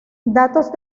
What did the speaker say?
datos